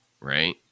Right